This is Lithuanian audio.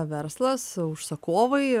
verslas užsakovai